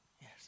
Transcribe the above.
Yes